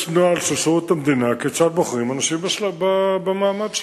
יש נוהל של שירות המדינה כיצד בוחרים אנשים במעמד שלו.